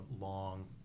long